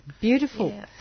Beautiful